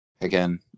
again